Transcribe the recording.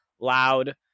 loud